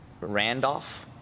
Randolph